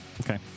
Okay